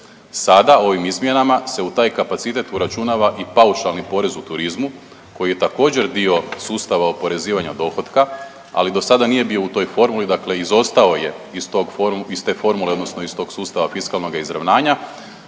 Sada ovim izmjenama se u taj kapacitet uračunava i paušali porez u turizmu koji je također dio sustava oporezivanja dohotka, ali dosada nije bio u toj formuli dakle izostao je iz te formule odnosno iz tog sustava fiskalnoga izravnanja